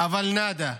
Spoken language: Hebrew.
אבל, נאדה.